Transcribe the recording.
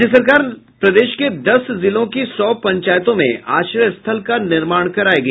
राज्य सरकार प्रदेश के दस जिलों की सौ पंचायतों में आश्रय स्थल का निर्माण करायेगी